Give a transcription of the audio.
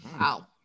wow